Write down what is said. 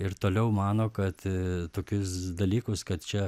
ir toliau mano kad tokius dalykus kad čia